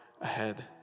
ahead